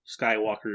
Skywalker